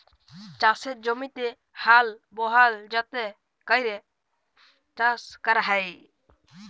চাষের জমিতে হাল বহাল যাতে ক্যরে চাষ ক্যরা হ্যয়